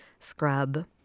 scrub